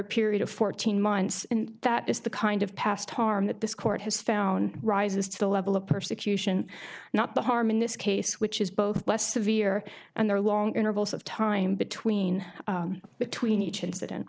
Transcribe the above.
a period of fourteen months and that is the kind of past harm that this court has found rises to the level of persecution not the harm in this case which is both less severe and there longer intervals of time between between each incident